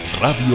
Radio